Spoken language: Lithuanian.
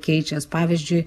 keičias pavyzdžiui